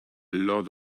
lot